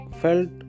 felt